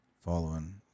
following